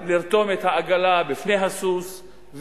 זה לרתום את העגלה לפני הסוס,